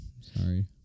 Sorry